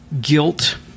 guilt